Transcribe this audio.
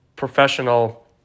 Professional